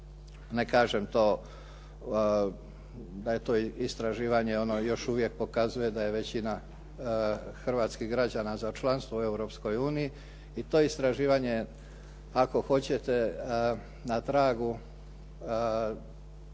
ne kažem to da je to istraživanje ono još uvijek pokazuje da je većina hrvatskih građana za članstvo u Europskoj uniji. I to istraživanje ako hoćete na tragu